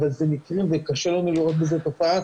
אבל זה מקרים נפרדים וקשה לנו לראות בזה תופעה,